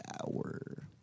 Hour